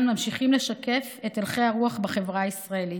ממשיכים לשקף את הלכי הרוח בחברה הישראלית: